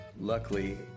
Luckily